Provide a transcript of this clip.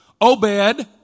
Obed